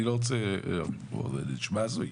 נשמע הזוי,